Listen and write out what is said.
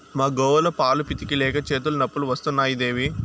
మా గోవుల పాలు పితిక లేక చేతులు నొప్పులు వస్తున్నాయి దేవీ